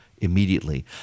immediately